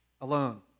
alone